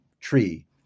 tree